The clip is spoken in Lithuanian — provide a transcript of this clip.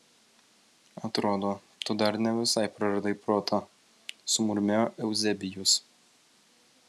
atrodo tu dar ne visai praradai protą sumurmėjo euzebijus